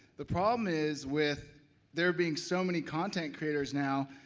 the problem is with there being so many content creators now,